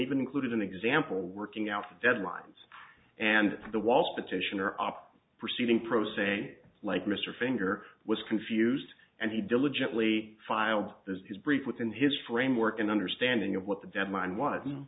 even included an example working out of deadlines and the waltz detention or op proceeding pro se like mr finger was confused and he diligently filed his briefs within his framework an understanding of what the deadline